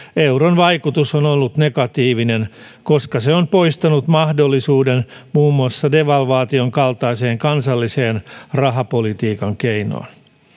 euron vaikutus on ollut negatiivinen koska se on poistanut mahdollisuuden muun muassa devalvaation kaltaiseen kansalliseen rahapolitiikan keinoon